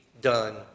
done